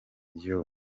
yoooo